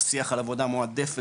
בשיח על עבודה מועדפת,